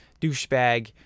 douchebag